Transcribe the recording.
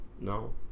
No